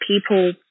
people